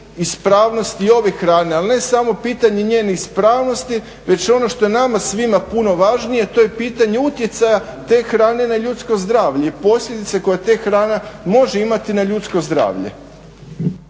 ispravnosti i ove hrane, a ne samo pitanje njene ispravnosti već ono što je nama svima puno važnije to je pitanje utjecaja te hrane na ljudsko zdravlje i posljedice koje te hrana može imate na ljudsko zdravlje.